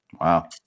Wow